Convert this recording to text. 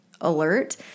Alert